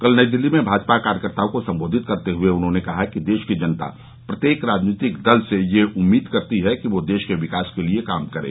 कल नई दिल्ली में भाजपा कार्यकर्ताओं को संबोधित करते हुए उन्होंने कहा कि देश की जनता प्रत्येक राजनीतिक दल से यह उम्मीद करती है कि वह देश के विकास के लिए काम करे